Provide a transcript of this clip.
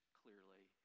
clearly